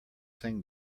sing